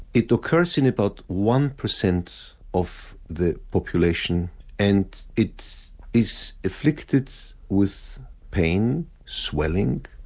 it occurs in about one percent of the population and it is afflicted with pain, swelling,